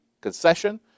concession